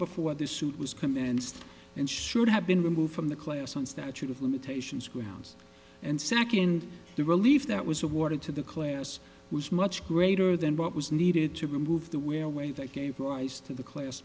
before the suit was commenced and should have been removed from the class on statute of limitations grounds and second the relief that was awarded to the class was much greater than what was needed to remove the wear away that gave rise to the class